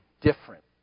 different